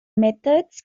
methods